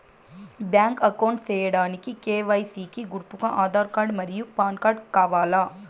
Bank account సేయడానికి KYC కి గుర్తుగా ఆధార్ కార్డ్ మరియు పాన్ కార్డ్ కావాలా?